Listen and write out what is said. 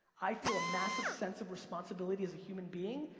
i feel a massive sense of responsibility as a human being,